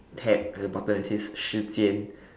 tab at the bottom it says 时间